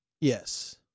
yes